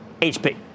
HP